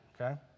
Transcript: okay